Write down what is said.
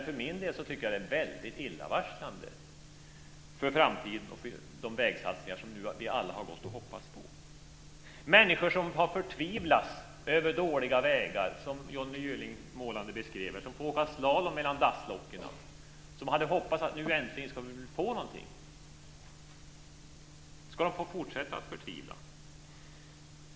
För min del tycker jag att det är väldigt illavarslande för framtiden och för de vägsatsningar som vi alla har gått och hoppats på. Människor som har förtvivlats över dåliga vägar, som Johnny Gylling så målande beskrev, som får åka slalom mellan dasslocken och som hade hoppats att nu äntligen få någonting; ska de få fortsätta att förtvivla?